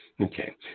Okay